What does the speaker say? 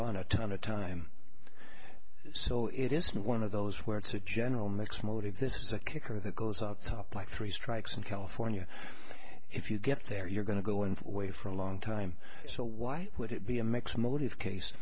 on a ton of time so it is one of those where it's a general mix mody this is a kicker that goes out the top like three strikes in california if you get there you're going to go in for way for a long time so why would it be a mix motive case